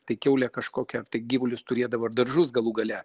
tai kiaulė kažkokia ar tai gyvulius turėdavo ar daržus galų gale